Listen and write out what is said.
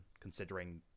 considering